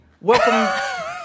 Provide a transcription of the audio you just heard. welcome